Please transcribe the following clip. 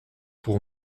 pour